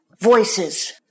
voices